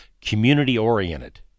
community-oriented